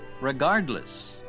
regardless